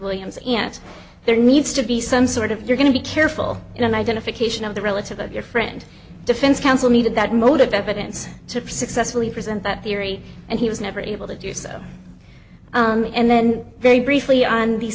williams and there needs to be some sort of you're going to be careful in an identification of the relative of your friend defense counsel needed that motive evidence to successfully present that theory and he was never able to do so and then very briefly on the